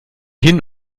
hin